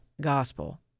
gospel